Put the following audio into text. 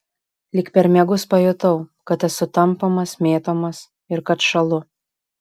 lyg per miegus pajutau kad esu tampomas mėtomas ir kad šąlu